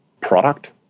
product